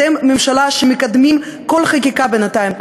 אתם ממשלה שמקדמת כל חקיקה בינתיים,